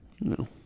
No